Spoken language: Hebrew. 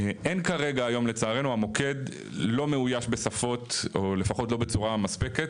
אין היום כרגע לצערנו המוקד לא מאויש בשפות או לפחות לא בצורה מספקת.